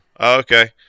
okay